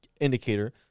indicator